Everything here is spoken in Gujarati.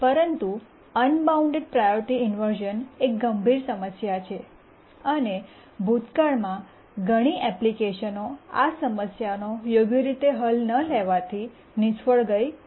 પરંતુ અનબાઉન્ડ પ્રાયોરિટી ઇન્વર્શ઼ન એક ગંભીર સમસ્યા છે અને ભૂતકાળમાં ઘણી એપ્લિકેશનો આ સમસ્યાને યોગ્ય રીતે ધ્યાનમાં ન લેવાથી નિષ્ફળ ગઈ છે